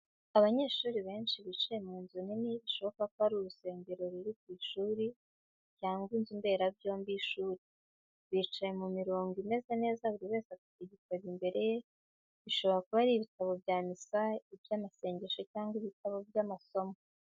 Abanyeshuri benshi bicaye mu nzu nini, bishoboka ko ari urusengero ruri ku ishuri cyangwa inzu mberabyombi y’ishuri. Bicaye mu mirongo imeze neza, buri wese afite igitabo imbere ye bishobora kuba ari ibitabo bya misa, iby'amasengesho, cyangwa ibitabo by’amasomo.